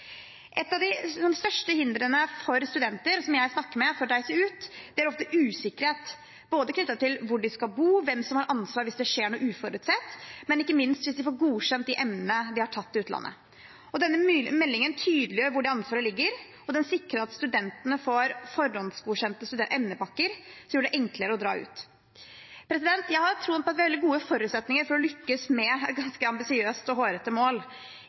Et av de største hindrene for å reise ut, ifølge studenter jeg snakker med, er ofte usikkerhet – knyttet til både hvor de skal bo, hvem som har ansvar hvis det skjer noe uforutsett, og ikke minst om de får godkjent emnene de har tatt i utlandet. Denne meldingen tydeliggjør hvor det ansvaret ligger, og den sikrer at studentene får forhåndsgodkjente emnepakker som gjør det enklere å dra ut. Jeg har tro på at vi har veldig gode forutsetninger for å lykkes med et ganske ambisiøst og hårete mål.